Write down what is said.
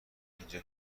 اینجا